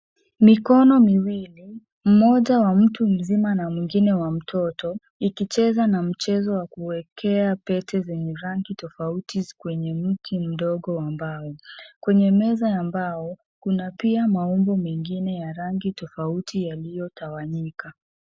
Mikono miwili mmoja wa mtu mzima na mwingine wa mtoto ikicheza na mchezo wa kuwekea pete zenye rangi tofauti kwenye mti mdogo wa mbao, kwenye meza ya mbao kuna pia maumbo mengine ya rangi tofauti yaliyotawanyika.